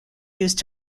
used